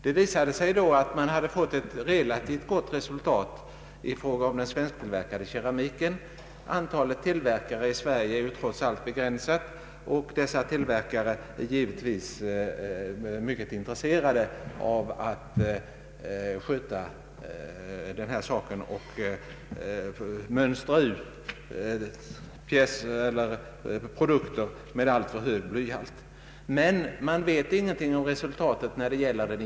Vid denna kontrollundersökning fick man ett relativt gott resultat i fråga om den svensktillverkade keramiken. Antalet tillverkare i Sverige är trots allt begränsat, och dessa tillverkare är givetvis mycket intresserade av att följa livsmedelsstadgans bestämmelser och mönstra ut produkter med för hög blyhalt. När det gäller den importerade keramiken vet man alltså ingenting om resultatet, eftersom ingen uppföljning skett.